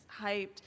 hyped